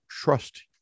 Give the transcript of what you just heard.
trust